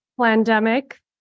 Pandemic